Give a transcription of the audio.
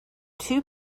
two